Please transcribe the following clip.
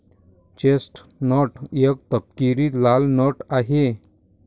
chestnut एक तपकिरी लाल नट आहे